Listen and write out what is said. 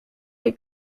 les